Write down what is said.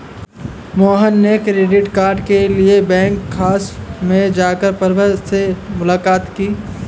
मोहन ने credit card के लिए बैंक शाखा में जाकर प्रबंधक से मुलाक़ात की